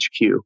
HQ